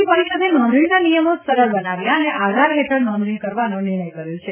T પરિષદે નોંધણીના નિયમો સરળ બનાવ્યા અને આધાર ફેઠળ નોંધણી કરવાનો નિર્ણય કર્યો છે